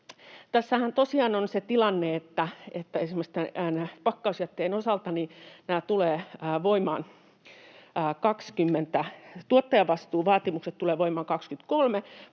että esimerkiksi pakkausjätteen osalta tuottajavastuuvaatimukset tulevat voimaan